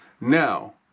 Now